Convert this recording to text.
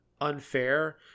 unfair